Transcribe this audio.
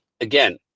again